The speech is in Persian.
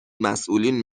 مسئولین